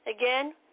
again